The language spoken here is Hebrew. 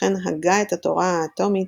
וכן הגה את התורה האטומית,